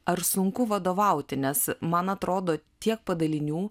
ar sunku vadovauti nes man atrodo tiek padalinių